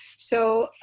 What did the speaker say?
so